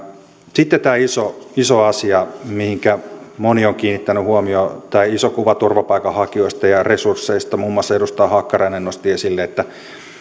sitten tämä iso iso asia mihinkä moni on kiinnittänyt huomiota tämä iso kuva turvapaikanhakijoista ja resursseista muun muassa edustaja hakkarainen nosti esille että